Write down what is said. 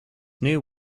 new